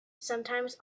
sometimes